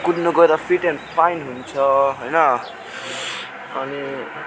कुद्नु गएर fit and fine हुन्छ होइन अनि